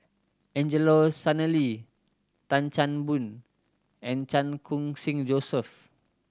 Angelo Sanelli Tan Chan Boon and Chan Khun Sing Joseph